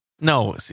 No